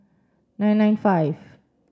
nine nine five